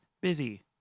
busy